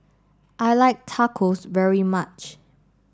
I like Tacos very much